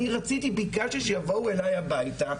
ביקשתי שיבואו אליי הביתה,